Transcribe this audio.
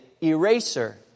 eraser